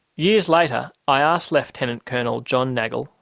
years later i asked lieutenant colonel john nagl,